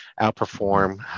outperform